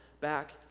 back